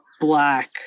black